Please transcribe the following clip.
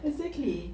exactly